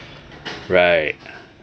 right